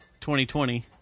2020